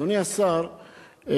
אדוני השר,